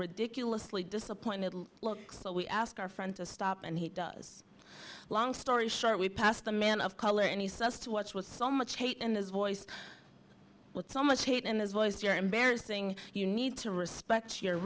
ridiculously disappointed look so we asked our friend to stop and he does a long story short we passed a man of color and he sussed what's with so much hate in his voice with so much hate in his voice you're embarrassing you need to